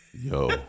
Yo